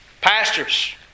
Pastors